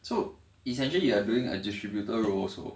so essentially you are doing a distributor role also